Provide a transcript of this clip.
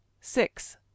six